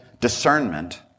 discernment